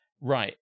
Right